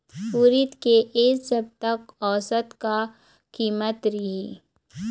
उरीद के ए सप्ता औसत का कीमत रिही?